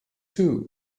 too